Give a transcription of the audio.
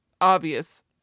obvious